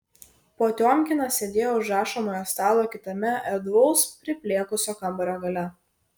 potiomkinas sėdėjo už rašomojo stalo kitame erdvaus priplėkusio kambario gale